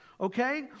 okay